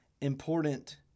important